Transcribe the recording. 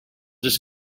just